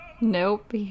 Nope